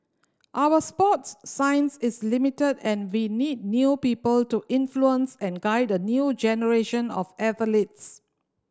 our sports science is limited and we need new people to influence and guide a new generation of athletes